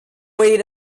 wait